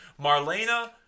Marlena